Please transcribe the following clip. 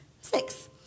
six